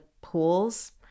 pools